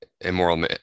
immoral